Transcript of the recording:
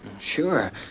Sure